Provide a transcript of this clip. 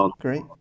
great